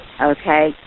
Okay